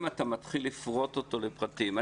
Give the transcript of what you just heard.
אם אתה מתחיל לפרוט אותו לפרטים.